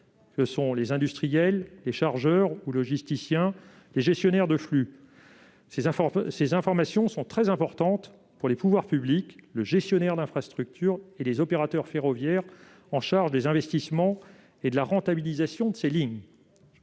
les industriels- chargeurs ou logisticiens -et les gestionnaires de flux. Ces informations sont très importantes pour les pouvoirs publics, pour le gestionnaire d'infrastructure et pour les opérateurs ferroviaires chargés des investissements et de la rentabilisation de ces lignes.